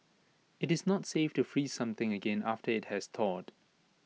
IT is not safe to freeze something again after IT has thawed